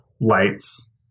lights